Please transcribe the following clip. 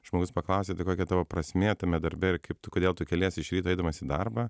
žmogus paklausė tai kokia tavo prasmė tame darbe ir kaip tu kodėl tu keliesi iš ryto eidamas į darbą